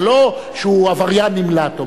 זה לא שהוא עבריין נמלט.